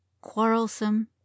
quarrelsome